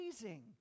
amazing